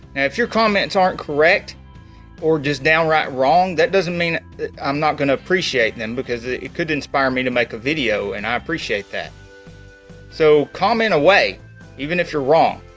if your comments aren't correct or just downright wrong that doesn't mean i'm not going to appreciate them because it could inspire me to make a video and i appreciate that so comment away even if you're wrong.